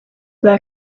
their